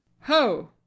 ho